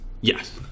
Yes